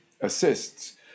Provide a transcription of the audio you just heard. assists